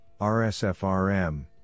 rsfrm